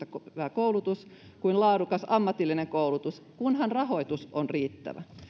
koulutus kuin laadukas ammatillinen koulutus kunhan rahoitus on riittävä